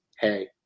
hey